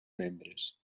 membres